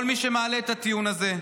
כל מי שמעלה את הטיעון הזה,